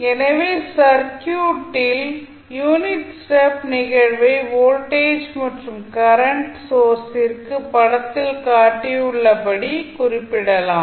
எனவே சர்க்யூட்டில் unit step unit step நிகழ்வை வோல்டேஜ் மற்றும் கரண்ட் சோர்ஸிற்கும் படத்தில் காட்டப்பட்டுள்ளபடி குறிப்பிடலாம்